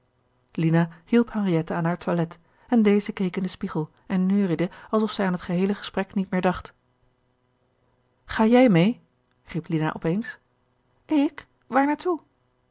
lina hielp henriette aan haar toilet en deze keek in den spiegel en neuriede alsof zij aan het geheele gesprek niet meer dacht ga jij mee riep lina op eens ik